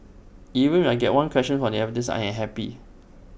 even if I get one question from the advertisements I am happy